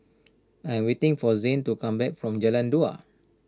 I am waiting for Zane to come back from Jalan Dua